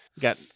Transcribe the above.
got